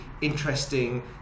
interesting